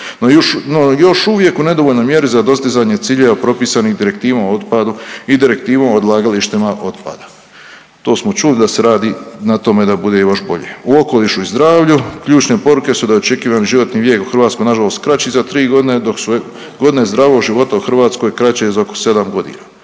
no još uvijek u nedovoljnoj mjeri za dostizanje ciljeva propisanih Direktivom o otpadu i Direktivom o odlagalištima otpada. To smo čuli da se radi na tome da bude još bolje. U okolišu i zdravlju, ključne poruke su da je očekivani životni vijek u Hrvatskoj nažalost kraći za 3.g. dok su godine zdravog života u Hrvatskoj kraće za oko 7.g..